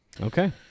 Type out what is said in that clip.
Okay